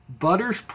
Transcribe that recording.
Butters